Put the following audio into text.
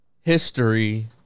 History